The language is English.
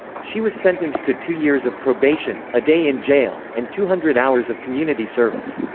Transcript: she was sentenced to two years of probation, a day in jail, and two hundred hours of community service.